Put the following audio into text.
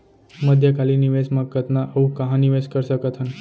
मध्यकालीन निवेश म कतना अऊ कहाँ निवेश कर सकत हन?